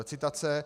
Citace: